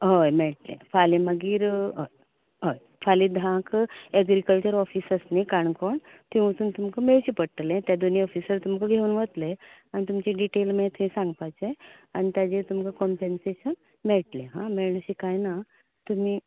हय मेळटलें फाल्यां मागीर हय हय फाल्या धांक एग्रीकल्चर ऑफिस आसा नी काणकोण थंय वचून तुमका मेळचें पडटले ते दोनूय ऑफिसर तुमकां घेवन वतले आनी तुमचे डिटेल मागीर थंय सांगपाक जाय आनी ताजेर तुमका कंम्पॅसेशन मेळटले व्हडलेशें कांय ना तुमी